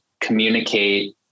communicate